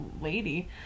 lady